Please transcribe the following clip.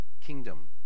kingdom